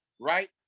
right